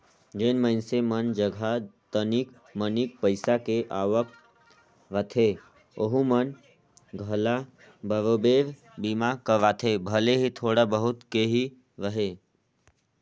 जेन मइनसे मन जघा तनिक मनिक पईसा के आवक रहथे ओहू मन घला बराबेर बीमा करवाथे भले ही थोड़ा बहुत के ही रहें